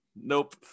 Nope